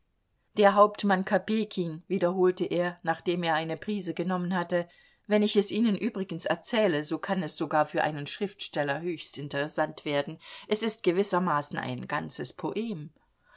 der hauptmann kopejkin wiederholte er nachdem er eine prise genommen hatte wenn ich es ihnen übrigens erzähle so kann es sogar für einen schriftsteller höchst interessant werden es ist gewissermaßen ein ganzes poem